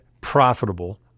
profitable